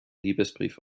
liebesbrief